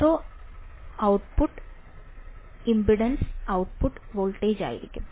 zero output impedance output വോൾട്ടേജായിരിക്കും